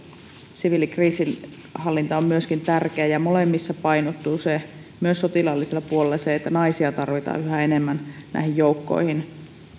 siviilikriisinhallinta on myöskin tärkeä ja molemmissa myös sotilaallisella puolella painottuu se että naisia tarvitaan yhä enemmän näihin joukkoihin